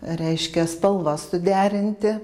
reiškia spalvas suderinti